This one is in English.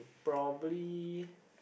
probably